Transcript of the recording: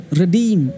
redeem